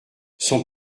son